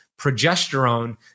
progesterone